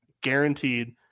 guaranteed